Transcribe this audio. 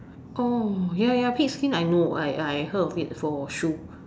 oh ya ya pig skin I know I I heard of it for shoe